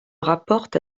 rapporte